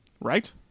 Right